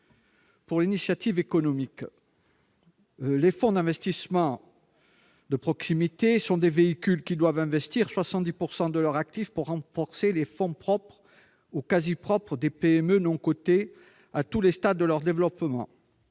pour l'initiative économique, les fonds d'investissement de proximité sont des véhicules qui doivent investir 70 % de leurs actifs pour renforcer les fonds propres ou quasi propres de PME non cotées, à tous les stades de leur développement.